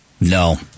No